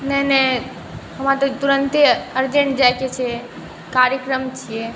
नहि नहि हमरा तऽ तुरन्ते अर्जेन्ट जाइके छै कार्यक्रम छिए